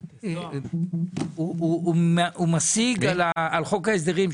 הוא משיג על חוק ההסדרים,